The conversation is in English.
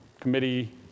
committee